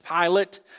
Pilate